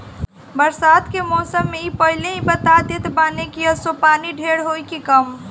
बरसात के मौसम में इ पहिले ही बता देत बाने की असो पानी ढेर होई की कम